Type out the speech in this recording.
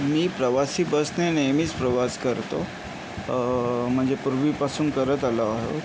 मी प्रवासी बसने नेहमीच प्रवास करतो म्हणजे पूर्वीपासून करत आलो आहो